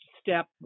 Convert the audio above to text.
step